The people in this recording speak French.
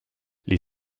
les